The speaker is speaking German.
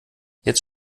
jetzt